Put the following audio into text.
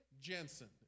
Jensen